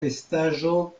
vestaĵo